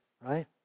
right